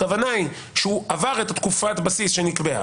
היא שהוא עבר את תקופת הבסיס שנקבעה,